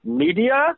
media